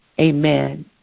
amen